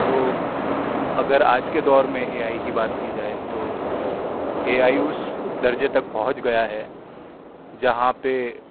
تو اگر آج کے دور میں اے آئی کی بات کی جائے تو اے آئی اس درجے تک پہنچ گیا ہے جہاں پہ